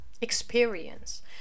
Experience